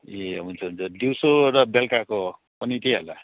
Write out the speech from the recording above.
ए हुन्छ हुन्छ दिउँसो र बेलुकाको पनि त्यही होला